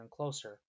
closer